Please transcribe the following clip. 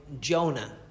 Jonah